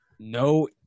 No